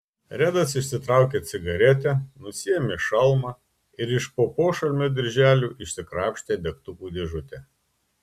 redas išsitraukė cigaretę nusiėmė šalmą ir iš po pošalmio dirželių išsikrapštė degtukų dėžutę